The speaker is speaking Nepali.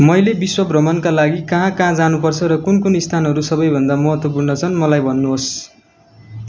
मैले विश्व भ्रमणका लागि कहाँ कहाँ जानुपर्छ र कुन कुन स्थानहरू सबैभन्दा महत्त्वपुर्न छन् मलाई भन्नुहोस्